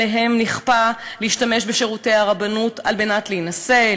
שעליהם נכפה להשתמש בשירותי הרבנות על מנת להינשא,